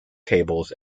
cables